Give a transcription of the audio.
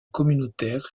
communautaire